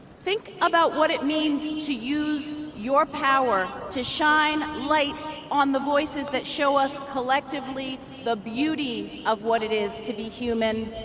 think about what it means means to use your power to shine light on the voices that show us collectively the beauty of what it is to be human,